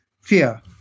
fear